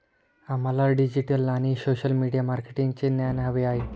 आम्हाला डिजिटल आणि social media मार्केटिंगचे ज्ञान हवे आहे